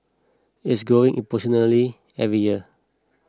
it's growing exponentially every year